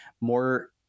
more